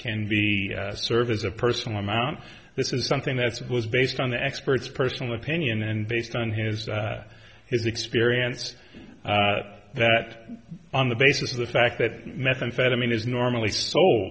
can be served as a personal mount this is something that was based on the experts personal opinion and based on his his experience that on the basis of the fact that methamphetamine is normally sol